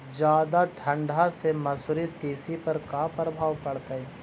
जादा ठंडा से मसुरी, तिसी पर का परभाव पड़तै?